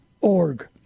org